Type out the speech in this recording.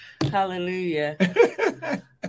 hallelujah